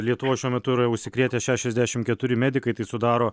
lietuvoj šiuo metu yra užsikrėtę šešiasdešimt keturi medikai tai sudaro